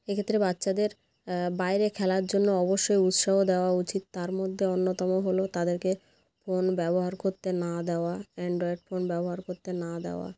এক্ষেত্রে বাচ্চাদের বাইরে খেলার জন্য অবশ্যই উৎসাহ দেওয়া উচিত তার মধ্যে অন্যতম হলো তাদেরকে ফোন ব্যবহার করতে না দেওয়া অ্যানড্রয়েড ফোন ব্যবহার করতে না দেওয়া